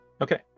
Okay